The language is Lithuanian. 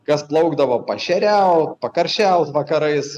kas plaukdavo paešeriaut pakaršiaut vakarais